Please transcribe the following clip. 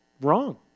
wrong